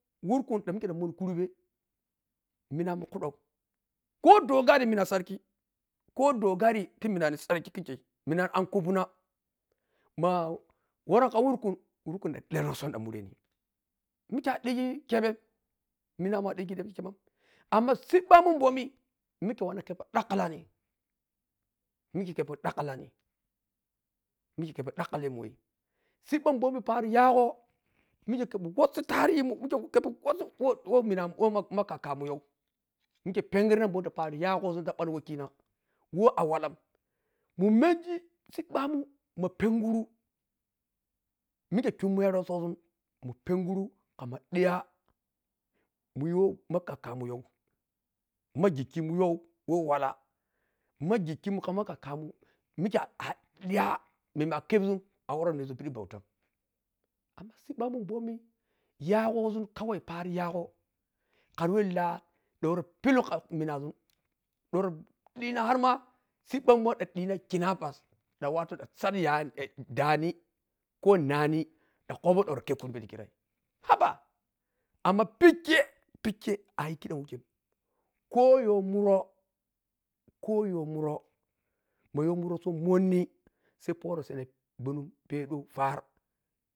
Warkun ďamikhe ďan muninkurbe minamun khuďan kodogari mina sarki ko dogari yiminaru sarki khikhe minani an khùmpena ma worokha wurkun wurkun ďan ďalirosoni ďan mureni mikhe a dhiji kheƀe minamùn a dhigi lheƀe kheƀe amma sirƀƀamun bomi malha wanna ḱepoodhaḱhalani mikhhekeps wosi tarihimun kḱepiwasi wahminamun yho wah kakanmu yho mikhepenḱirna moma tapaninya gosun ta pani wakhina wah, a wallam zunmenge siƀƀamùn mapenguru kĥammah dhiya munyi wah ma kakanmunyho ma gikhimunyho wah wala ma gikhimunyho khama kaḱamun mikhe a a dhiya memme a ḱepsùnworo pedhi baùta amma siƀƀamun bomi yagosun kawai periyhago ḱhariwah lah dhanwori pilikha minaʒuri wardhina arma siƀƀa momi ďandhina kidnap ďanwatu ďansadhi yayani dhani ko nhan khoďan wori khebe kurbe ta khirai haba amma pekhe pekhe ayi khiďam wukhem mayho mùrho so monny sai torosanhe gunu peďan thar